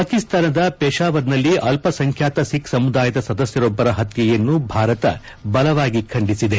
ಪಾಕಿಸ್ತಾನದ ಪೇಷಾವರ್ನಲ್ಲಿ ಅಲ್ಪಸಂಬ್ಲಾತ ಸಿಬ್ ಸಮುದಾಯದ ಸದಸ್ನರೊಬ್ಲರ ಹತ್ನೆಯನ್ನು ಭಾರತ ಬಲವಾಗಿ ಖಂಡಿಸಿದೆ